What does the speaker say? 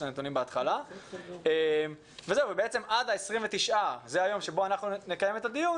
אז בעצם ב-29 לחודש אנחנו נקיים את הדיון